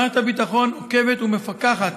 מערכת הביטחון עוקבת ומפקחת